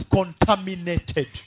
contaminated